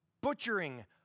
butchering